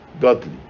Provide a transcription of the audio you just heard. godly